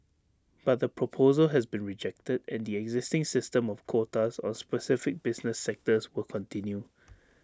but the proposal has been rejected and the existing system of quotas on specific business sectors will continue